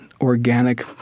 organic